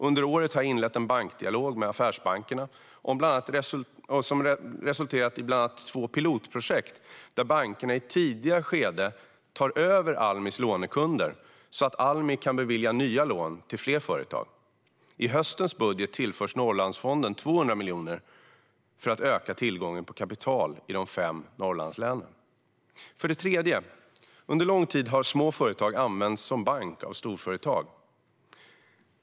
Under året har jag inlett en bankdialog med affärsbankerna som bland annat resulterat i två pilotprojekt där bankerna i tidiga skeden tar över Almis lånekunder så att Almi kan bevilja nya lån till fler företag. I höstens budget tillförs Norrlandsfonden 200 miljoner för att öka tillgången på kapital i de fem Norrlandslänen. För det tredje har småföretag under lång tid använts som bank av storföretag.